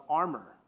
armor